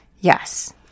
Yes